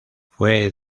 fue